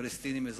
את הפלסטינים,